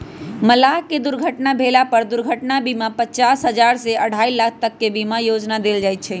मलाह के दुर्घटना भेला पर दुर्घटना बीमा पचास हजार से अढ़ाई लाख तक के बीमा योजना देल जाय छै